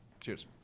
Cheers